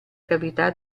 cavità